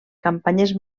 campanyes